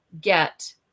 get